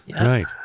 Right